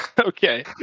Okay